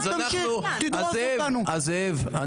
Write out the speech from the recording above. זאב,